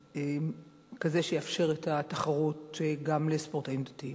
כזה שיאפשר את התחרות גם לספורטאים דתיים.